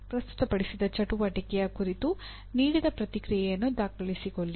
ಪ್ರಸ್ತುತಪಡಿಸಿದ ಚಟುವಟಿಕೆಯ ಕುರಿತು ನೀಡಿದ ಪ್ರತಿಕ್ರಿಯೆಯನ್ನು ದಾಖಲಿಸಿಕೊಳ್ಳಿ